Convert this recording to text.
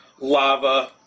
lava